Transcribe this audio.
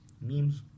memes